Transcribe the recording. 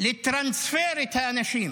לטרנספר את האנשים.